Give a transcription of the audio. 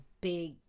big